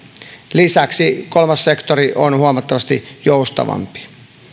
lisäksi kolmas sektori on huomattavasti joustavampi